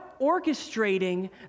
orchestrating